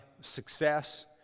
success